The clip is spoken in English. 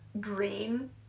green